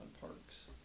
Parks